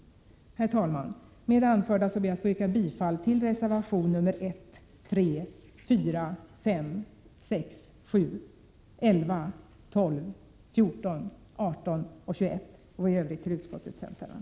Herr talman! Med det anförda ber jag att få yrka bifall till reservationerna nr 1,3, 4, 5,6, 7, 11, 12, 14, 18 och 21 och i övrigt till utskottets hemställan.